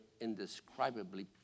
indescribably